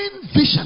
vision